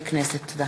תודה.